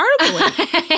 article